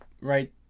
right